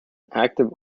active